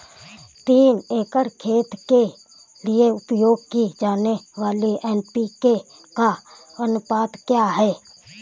तीन एकड़ खेत के लिए उपयोग की जाने वाली एन.पी.के का अनुपात क्या है?